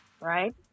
right